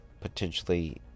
potentially